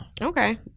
Okay